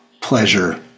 pleasure